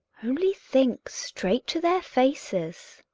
only think, straight to their faces.